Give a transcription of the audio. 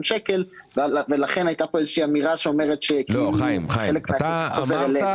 שקלים ולכן היתה פה איזו אמירה שאומרת כאילו חלק מהכסף חוזר אלינו.